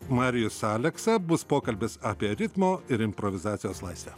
marijus aleksa bus pokalbis apie ritmo ir improvizacijos laisvę